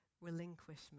relinquishment